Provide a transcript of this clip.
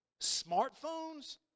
smartphones